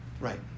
Right